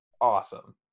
awesome